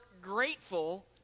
grateful